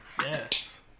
Yes